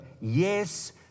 Yes